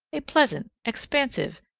a pleasant, expansive,